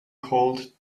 called